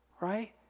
Right